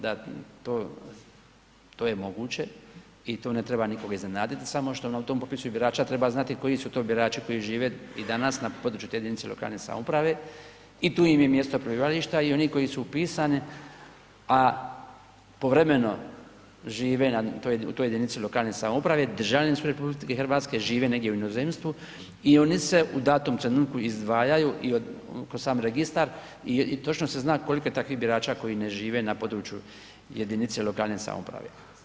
Da to je moguće i to ne treba nikoga iznenaditi samo što na tom popisu birača treba znati koji su to birači koji žive i danas na području te jedinice lokalne samouprave i tu im je mjesto prebivališta i oni koji su upisani, a povremeno žive u toj jedinici lokalne samouprave, državljani su RH, žive negdje u inozemstvu i oni se u datom trenutku izdvajaju i kroz sam registar i točno se zna koliko je takvih birača koji ne žive na području jedinice lokalne samouprave.